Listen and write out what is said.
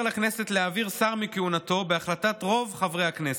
לכנסת להעביר שר מכהונתו בהחלטת רוב חברי הכנסת.